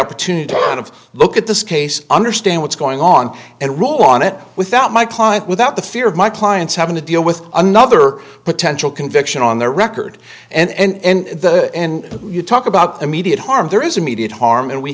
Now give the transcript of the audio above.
opportunity of look at this case understand what's going on and rule on it without my client without the fear of my clients having to deal with another potential conviction on their record and the end you talk about immediate harm there is immediate harm and we